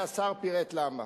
והשר פירט למה.